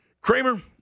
Kramer